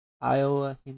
iowa